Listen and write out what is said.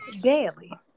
daily